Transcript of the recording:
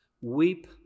Weep